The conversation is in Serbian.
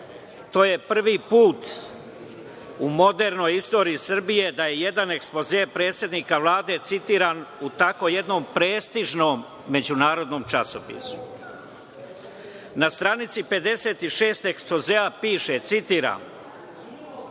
to je prvi put u modernoj istoriji Srbije da je jedan ekspoze predsednika Vlade, citiram u tako jednom prestižnom međunarodnom časopisu. Na stranici 56 ekspozea piše, citiram